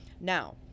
now